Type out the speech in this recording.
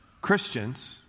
Christians